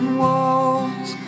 walls